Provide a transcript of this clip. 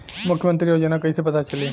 मुख्यमंत्री योजना कइसे पता चली?